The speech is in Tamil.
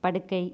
படுக்கை